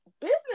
business